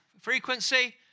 frequency